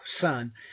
Son